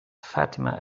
fatima